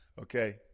Okay